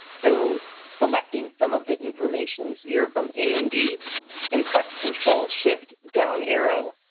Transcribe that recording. so selecting some of the information here from a and b and press control shift down arrow,